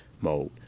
mode